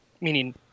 meaning